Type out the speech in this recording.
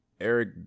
eric